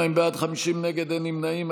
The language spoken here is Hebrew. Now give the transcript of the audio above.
32 בעד, 50 נגד, אין נמנעים.